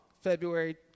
February